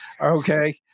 Okay